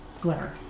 Glitter